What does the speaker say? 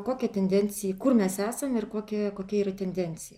kokia tendencija kur mes esam ir kokioje kokia yra tendencija